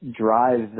drives